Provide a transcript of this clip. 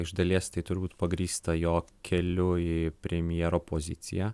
iš dalies tai turbūt pagrįsta jo keliu į premjero poziciją